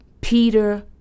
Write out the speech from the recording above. Peter